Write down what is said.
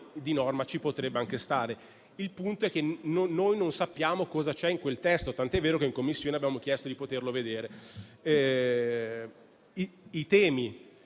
Il punto è che noi non sappiamo cosa c'è in quel testo, tant'è vero che in Commissione abbiamo chiesto di poterlo vedere.